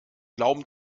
glauben